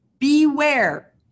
Beware